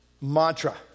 mantra